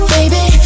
Baby